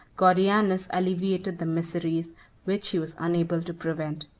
gordianus alleviated the miseries which he was unable to prevent.